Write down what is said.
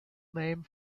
name